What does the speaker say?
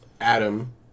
Adam